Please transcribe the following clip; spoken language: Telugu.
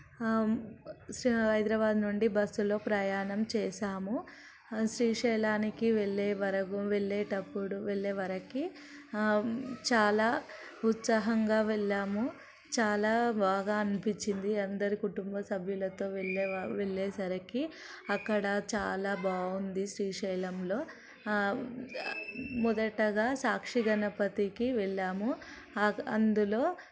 హైదరాబాదు నుండి బస్సులో ప్రయాణం చేశాము శ్రీశైలానికి వెళ్ళేవరకు వెళ్ళేటప్పుడు వెళ్ళేవరకి చాలా ఉత్సాహంగా వెళ్ళాము చాలా బాగా అనిపించింది అందరి కుటుంబ సభ్యులతో వెళ్ళ వెళ్ళేసరికి అక్కడ చాలా బాగుంది శ్రీశైలంలో మొదటగా సాక్షి గణపతికి వెళ్ళాము అందులో